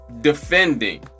defending